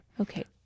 Okay